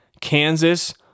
Kansas